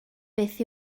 beth